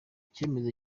icyemezo